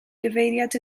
gyfeiriad